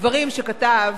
מדברים שכתב